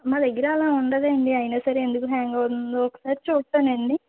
మా దగ్గర అలా ఉండదండి అయినా సరే ఎందుకు హ్యాంగ్ అవుతుందో ఒకసారి చూస్తానండి